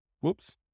Whoops